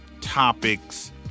topics